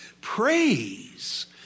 Praise